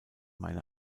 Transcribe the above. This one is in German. meine